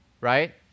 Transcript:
right